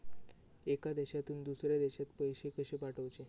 एका देशातून दुसऱ्या देशात पैसे कशे पाठवचे?